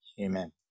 Amen